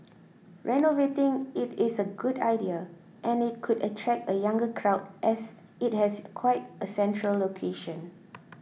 renovating it is a good idea and it could attract a younger crowd as it has quite a central location